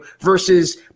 versus